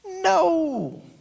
No